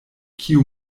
kio